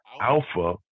alpha